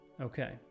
Okay